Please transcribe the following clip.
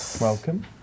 Welcome